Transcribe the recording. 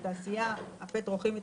פורמלי.